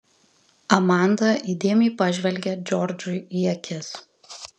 amanda įdėmiai pažvelgė džordžui į akis